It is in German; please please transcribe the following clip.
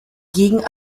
gegen